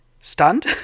stunned